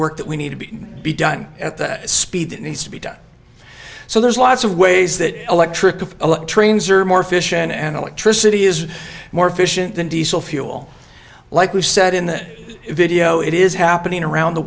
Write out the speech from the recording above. work that we need to be done at the speed that needs to be done so there's lots of ways that electric of trains are more efficient and electricity is more efficient than diesel fuel like you said in the video it is happening around the